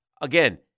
Again